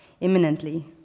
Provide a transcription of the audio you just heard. imminently